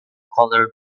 colored